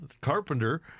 Carpenter